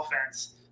offense